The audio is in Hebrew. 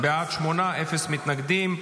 בעד, שמונה, אין מתנגדים.